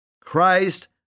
Christ